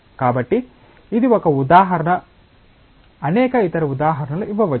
కాబట్టి ఇది ఒక ఉదాహరణ అనేక ఇతర ఉదాహరణలు ఇవ్వవచ్చు